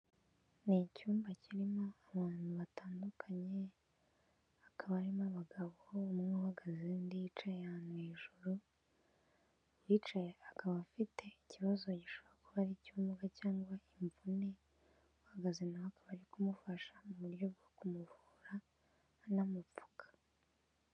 Ni icyumba kirimo abantu batandukanye hakaba harimo abagabo, umwe uhagaze, undi yicaye ahantu hejuru, uwicaye akaba afite ikibazo gishoboka kuba ari icy'ubumuga cyangwa imvune uhagaze nawe aka bari kumufasha mu buryo bwo kumuvura anamupfuka.